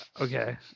okay